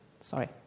Sorry